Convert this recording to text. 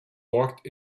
walked